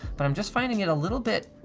but i'm just finding it a little bit,